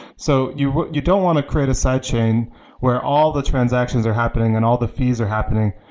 so you you don't want to create a side chain where all the transactions are happening and all the fees are happening,